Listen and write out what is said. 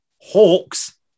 Hawks